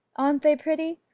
aren't they pretty?